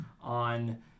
on